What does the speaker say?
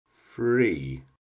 free